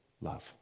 love